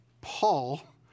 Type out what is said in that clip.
Paul